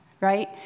right